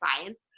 science